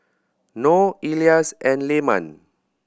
Nor Elyas and Leman